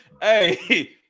Hey